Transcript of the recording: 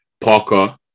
Parker